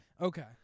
Okay